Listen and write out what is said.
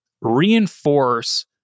reinforce